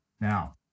Now